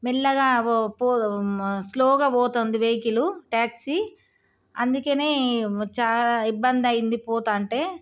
మెల్లగా పో స్లోగా పోతుంది వెహికలు ట్యాక్సీ అందుకని చాలా ఇబ్బంది అవుతుంది పోతు ఉంటే